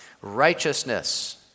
righteousness